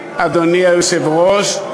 אדוני היושב-ראש,